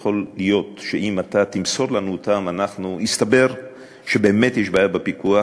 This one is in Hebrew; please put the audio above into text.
יכול להיות שאם תמסור לנו אותם ויסתבר שבאמת יש בעיה בפיקוח,